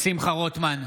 שמחה רוטמן,